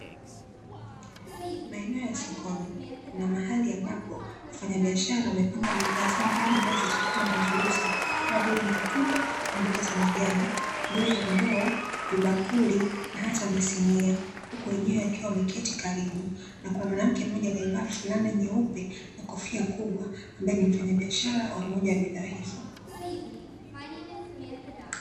Maeneo ya sokoni kuna mahali ambapo wafanyabiashara wamepanga bidhaa zao mbalimbali za chakula wanazouza kama vile matunda, na mboga za majani juu ya ndoo, vibakuli, na hata masinia huku wenyewe wakiwa wameketi karibu, na kuna mwanamke mmoja aliyevaa fulana nyeupe na kofia kubwa, ambaye ni mfanyabiashara wa moja wa bidhaa hizo.